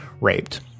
raped